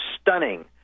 stunning